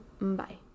Bye